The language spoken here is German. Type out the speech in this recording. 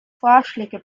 vorschläge